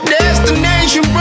destination